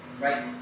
right